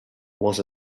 was